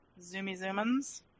zoomy-zoomins